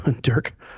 Dirk